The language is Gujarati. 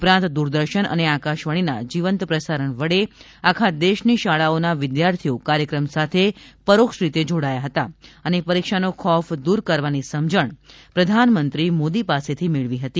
ઉપરાંત દૂરદર્શન અને આકાશવાણી ના જીવંત પ્રસારણ વડે આખા દેશ ની શાળાઓના વિદ્યાર્થીઓ કાર્યક્રમ સાથે પરોક્ષરીતે જોડાયા હતા અને પરીક્ષા નો ખોફ દૂર કરવાની સમજણ પ્રધાનમંત્રી મોદી પાસેથી મેળવી હતી